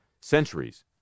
centuries